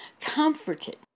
comforted